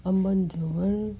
अंबनि जो वण